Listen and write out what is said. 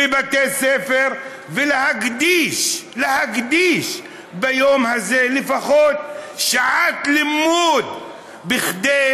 בבתי ספר ונקדיש ביום הזה לפחות שעת לימוד בכדי